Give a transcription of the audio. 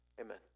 Amen